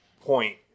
point